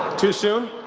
too soon?